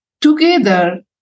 Together